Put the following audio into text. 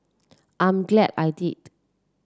I'm glad I did